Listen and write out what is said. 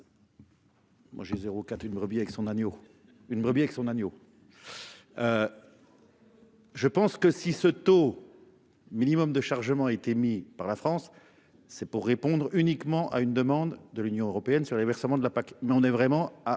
Moi j'ai zéro quatre une brebis avec son agneau une brebis avec son agneau. Je pense que si ce taux. Minimum de chargement été mis par la France. C'est pour répondre uniquement à une demande de l'Union européenne sur les versements de la PAC, mais on est vraiment,